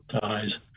ties